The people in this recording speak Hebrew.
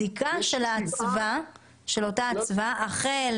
בדיקה של אותה אצווה, החל